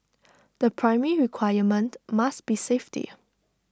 the primary requirement must be safety